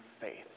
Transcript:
faith